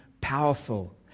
powerful